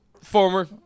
Former